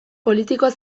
politikoak